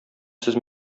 сез